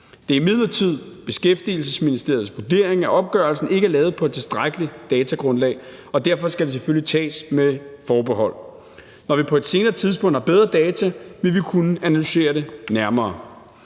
Det er imidlertid Beskæftigelsesministeriets vurdering, at opgørelsen ikke er lavet på et tilstrækkeligt datagrundlag, og derfor skal det selvfølgelig tages med forbehold. Når vi på et senere tidspunkt har bedre data, vil vi kunne analysere det nærmere.